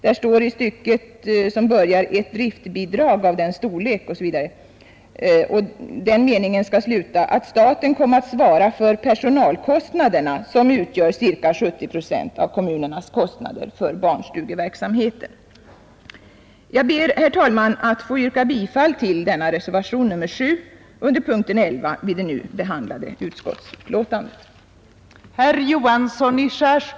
Den mening som börjar med orden ”Ett driftbidrag” skall lyda på följande sätt: ”Ett driftbidrag av den storlek som föreslagits i motionen 1971:358 skulle medföra att staten kom att svara för personalkostnaderna, som utgör ca 70 procent av kommunernas kostnader för barnstugeverksamheten.” Jag ber, fru talman, att få yrka bifall till denna reservation, nr 7 under punkten 11 vid det nu behandlade utskottsbetänkandet.